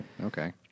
okay